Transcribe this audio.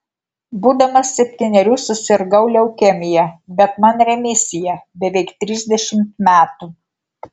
būdamas septynerių susirgau leukemija bet man remisija beveik trisdešimt metų